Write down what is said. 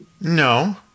No